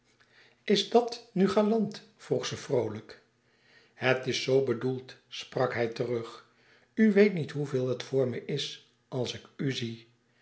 is dàt nu galant vroeg ze vroolijk het is zoo bedoeld sprak hij terug u weet niet hoeveel het voor me is als ik u zie